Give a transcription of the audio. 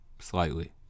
slightly